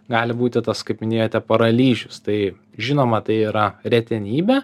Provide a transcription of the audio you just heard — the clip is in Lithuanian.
gali būti tas kaip minėjote paralyžius tai žinoma tai yra retenybė